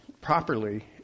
properly